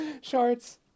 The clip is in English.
Shorts